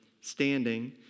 Standing